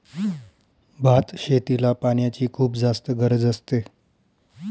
भात शेतीला पाण्याची खुप जास्त गरज असते